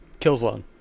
Killzone